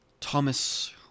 Thomas